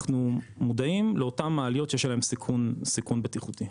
אנחנו מודעים לאותן מעליות שיש עליהן סיכון בטיחותי.